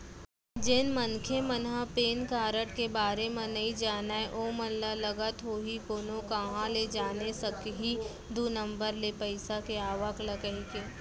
जेन मनखे मन ह पेन कारड के बारे म नइ जानय ओमन ल लगत होही कोनो काँहा ले जाने सकही दू नंबर ले पइसा के आवक ल कहिके